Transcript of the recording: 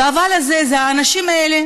האבל הזה, האנשים האלה